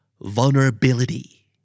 Vulnerability